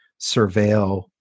surveil